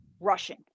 rushing